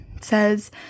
says